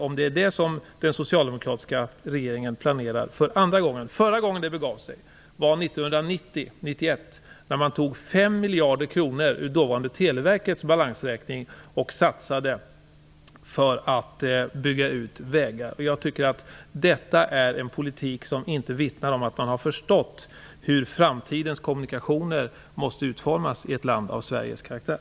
Är det detta som den socialdemokratiska regeringen planerar för andra gången? Förra gången det begav sig var 1990/91, när man tog 5 miljarder kronor ur dåvarande Televerkets balansräkning och satsade på att bygga ut vägar. Jag tycker att detta är en politik som inte vittnar om att man har förstått hur framtidens kommunikationer måste utformas i ett land av Sveriges karaktär.